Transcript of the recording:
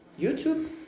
YouTube